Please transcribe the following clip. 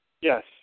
Yes